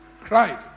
Cried